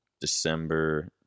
December